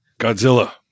Godzilla